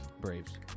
Braves